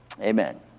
Amen